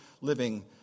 living